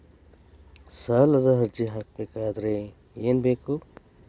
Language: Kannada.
ಸಾಲದ ಅರ್ಜಿ ಹಾಕಬೇಕಾದರೆ ಏನು ಬೇಕು?